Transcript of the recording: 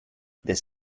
this